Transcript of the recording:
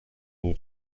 iyi